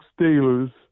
Steelers